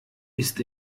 ist